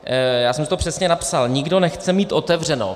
Já jsem si to přesně napsal nikdo nechce mít otevřeno.